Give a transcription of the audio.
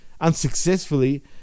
unsuccessfully